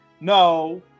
no